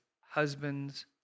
husbands